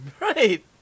Right